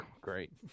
Great